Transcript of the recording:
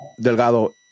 Delgado